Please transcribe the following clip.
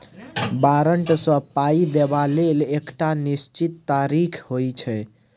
बारंट सँ पाइ देबा लेल एकटा निश्चित तारीख होइ छै